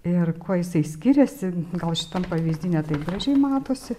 ir kuo jisai skiriasi gal šitam pavyzdy ne taip gražiai matosi